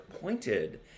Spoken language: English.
pointed